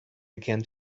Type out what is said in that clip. began